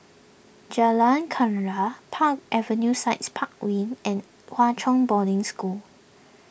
Jalan Kenarah Park Avenue sites Park Wing and Hwa Chong Boarding School